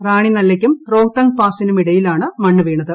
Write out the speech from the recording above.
റാണിനല്ലക്കും റോഹ്തങ് പാസിനും ഇടയിലാണ് മണ്ണു വീണത്